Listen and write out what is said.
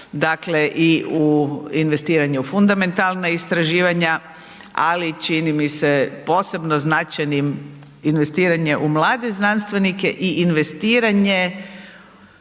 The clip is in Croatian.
dakle i investiranje u fundamentalna istraživanja ali čini mi se posebno značajnim investiranje u mlade znanstvenike i investiranje